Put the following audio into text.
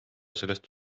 sellest